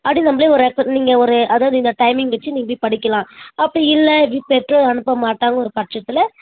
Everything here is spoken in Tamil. அப்படின் நம்மளே ஒரு ரெக்கு நீங்கள் ஒரு அதாவது இந்த டைம்மிங் வச்சு நீங்கள் போய் படிக்கலாம் அப்படி இல்லை பெற்றோர் அனுப்ப மாட்டாங்க ஒரு பட்சத்தில்